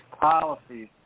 policies